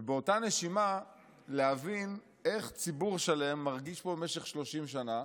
ובאותה נשימה להבין איך ציבור שלם מרגיש פה במשך 30 שנה,